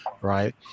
right